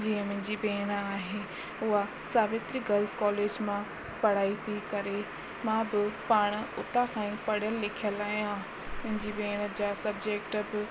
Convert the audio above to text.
जीअं मुंहिंजी भेण आहे उहा सावित्री गर्ल्स कोलेज मां पढ़ाई पइ करे मां बि पाण उतां खां ई पढ़ियल लिखियल आहियां मुंहिंजी भेण जा सब्जेक्ट बि